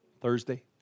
Thursday